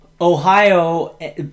Ohio